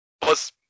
Plus